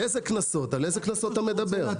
--- איזה קנסות אתה מדבר?